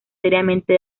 seriamente